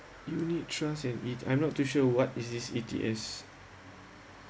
unit trusts and e I'm not too sure what is this E_T_S